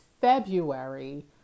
February